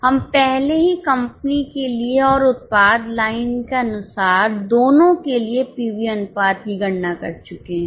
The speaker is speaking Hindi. हम पहले ही कंपनी के लिए और उत्पाद लाइन के अनुसार दोनों के लिए पीवी अनुपात की गणना कर चुके हैं